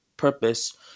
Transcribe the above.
purpose